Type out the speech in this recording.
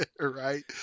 Right